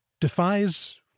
defies